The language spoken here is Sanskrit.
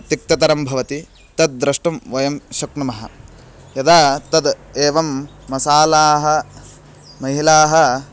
तिक्ततरं भवति तद्द्रष्टुं वयं शक्नुमः यदा तद् एवं मसालाः महिलाः